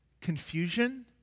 Confusion